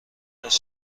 بعدش